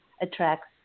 attracts